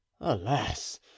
alas